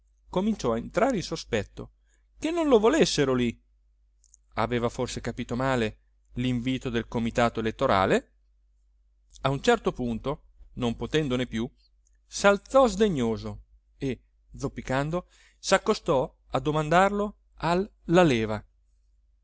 cominciò a entrare in sospetto che non lo volessero lì aveva forse capito male linvito del comitato elettorale a un certo punto non potendone più salzò sdegnoso e zoppicando saccostò a domandarlo al laleva